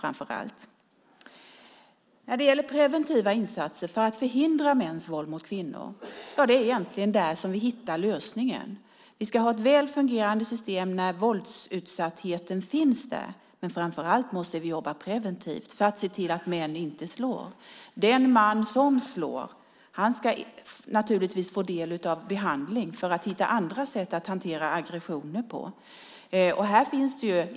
Det är egentligen i preventiva insatser för att förhindra mäns våld mot kvinnor som vi hittar lösningen. Vi ska ha ett väl fungerande system när våldsutsattheten finns där. Men framför allt måste vi jobba preventivt för att se till att män inte slår. Den man som slår ska naturligtvis få del av behandling för att hitta andra sätt att hantera aggressioner på.